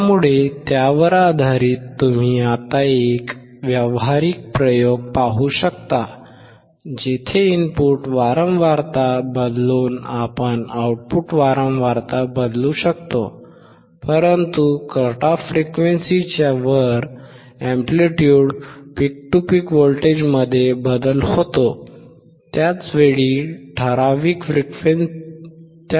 त्यामुळे त्यावर आधारित तुम्ही आता एक व्यावहारिक प्रयोग पाहू शकता जिथे इनपुट वारंवारता बदलून आपण आउटपुट वारंवारता बदलू शकतो परंतु कट ऑफ फ्रिक्वेंसीच्या वर अॅम्प्लिट्यूड पीक टू पीक व्होल्टेजमध्ये बदल होतो